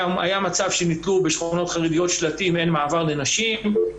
היה מצב שנתלו בשכונות חרדיות שלטים "אין מעבר לנשים".